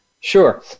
Sure